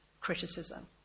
criticism